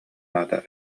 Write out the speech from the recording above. наада